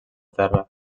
terra